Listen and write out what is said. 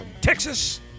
Texas